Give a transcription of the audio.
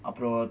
அப்புறம்